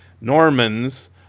Normans